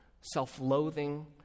self-loathing